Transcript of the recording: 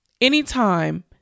anytime